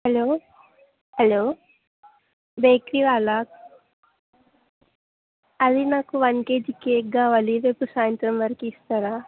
hello hello bakery వాళ్ళ అది నాకు వన్ కేజీ కేక్ కావాలి రేపు సాయంత్రం వరకు ఇస్తారా